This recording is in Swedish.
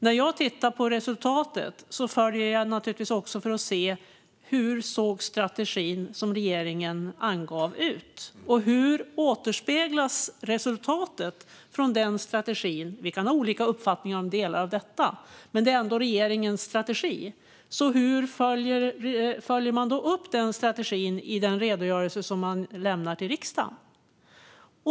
När jag tittar på resultatet följer jag naturligtvis också hur den strategi som regeringen angav såg ut och hur resultatet av strategin återspeglas. Vi kan ha olika uppfattningar om delar av detta, men det är ändå regeringens strategi. Hur följer man då upp strategin i den redogörelse som man lämnar till riksdagen?